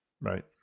right